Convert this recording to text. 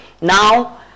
Now